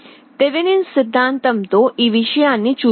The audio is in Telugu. థెవెనిన్ సిద్ధాంతం తో ఈ విషయాన్ని చూద్దాం